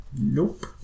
nope